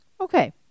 Okay